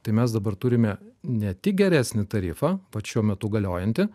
tai mes dabar turime ne tik geresnį tarifą vat šiuo metu galiojantį